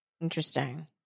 Interesting